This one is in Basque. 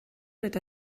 eta